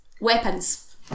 weapons